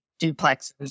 duplexes